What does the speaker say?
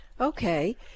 Okay